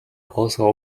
also